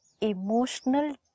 emotional